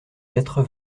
quatre